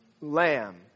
lamb